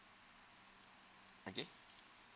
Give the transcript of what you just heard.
okay